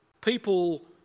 People